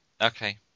Okay